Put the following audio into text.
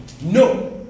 No